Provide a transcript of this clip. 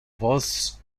vos